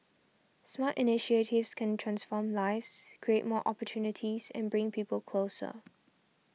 smart initiatives can transform lives create more opportunities and bring people closer